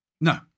No